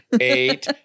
eight